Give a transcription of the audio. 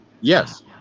Yes